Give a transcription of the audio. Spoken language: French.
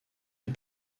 des